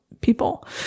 people